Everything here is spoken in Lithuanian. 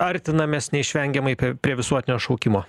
artinamės neišvengiamai pr prie visuotinio šaukimo